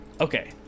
okay